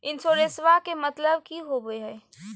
इंसोरेंसेबा के मतलब की होवे है?